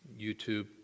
YouTube